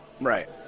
Right